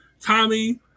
Tommy